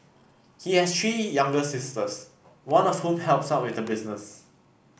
he has three younger sisters one of whom helps out with the business